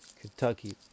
Kentucky